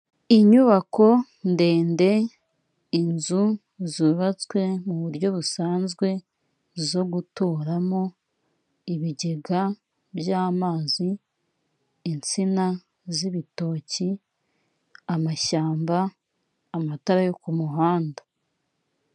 Inyubako ndende inzu zubatswe mu buryo busanzwe, zo guturamo ibigega by'amazi, insina z'ibitoki amashyamba amatara yo ku muhanda.